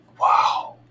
wow